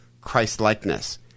Christ-likeness